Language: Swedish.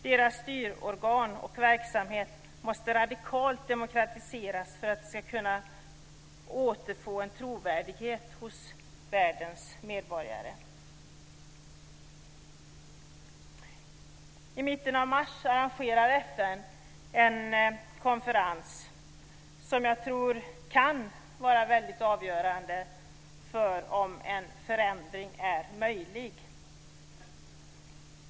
Deras styrorgan och verksamhet måste radikalt demokratiseras för att de ska kunna återfå en trovärdighet hos världens medborgare. I mitten av mars arrangerar FN en konferens som jag tror kan bli väldigt avgörande för om en förändring är möjlig.